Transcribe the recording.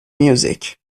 music